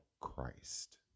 Christ